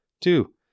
Two